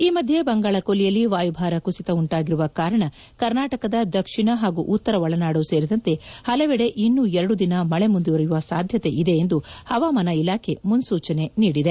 ಈ ಮಧ್ಯೆ ಬಂಗಾಳ ಕೊಲ್ತಿಯಲ್ಲಿ ವಾಯುಭಾರ ಕುಸಿತ ಉಂಟಾಗಿರುವ ಕಾರಣ ಕರ್ನಾಟಕದ ದಕ್ಷಿಣ ಹಾಗೂ ಉತ್ತರ ಒಳನಾಡು ಸೇರಿದಂತೆ ಹಲವೆಡೆ ಇನ್ನೂ ಎರಡು ದಿನ ಮಳೆ ಮುಂದುವರಿಯುವ ಸಾಧ್ಯತೆ ಇದೆ ಎಂದು ಹವಾಮಾನ ಇಲಾಖೆ ಮುನ್ಪೂ ಚನೆ ನೀಡಿದೆ